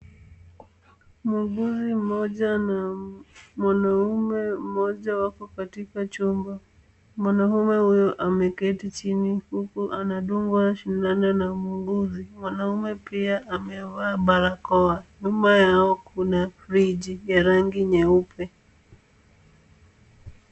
Muuguzi mmoja na mwanaume mmoja wako katika chumba. Mwanaume huyu ameketi chini huku anadungwa sindano na muuguzi. Mwanaume pia amevaa barakoa. Nyuma yao kuna friji ya rangi nyeupe.